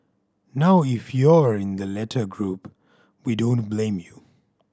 now if you're in the latter group we don't blame you